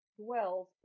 dwells